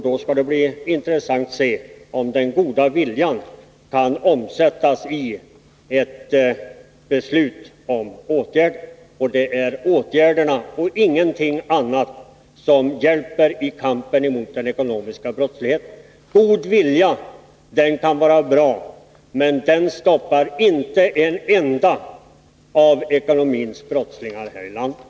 Då skall det bli intressant att se om den goda viljan kan omsättas i ett beslut om åtgärder. Det är åtgärder och ingenting annat som hjälper i kampen mot den ekonomiska brottsligheten. God vilja kan vara bra, men den stoppar inte en enda av ekonomins brottslingar här i landet.